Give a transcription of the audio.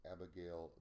Abigail